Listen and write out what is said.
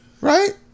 right